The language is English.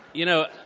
you know,